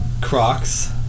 crocs